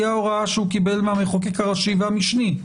זאת ההוראה שהוא קיבל מהמחוקק הראשי והמשני.